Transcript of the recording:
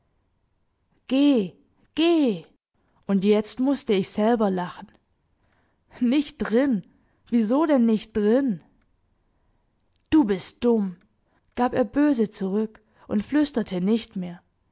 geh geh und jetzt mußte ich selber lachen nicht drin wieso denn nicht drin du bist dumm gab er böse zurück und flüsterte nicht mehr